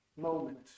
moment